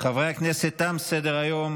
חברי הכנסת, תם סדר-היום.